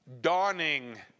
dawning